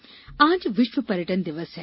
पर्यटन दिवस आज विश्व पर्यटन दिवस है